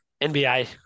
NBA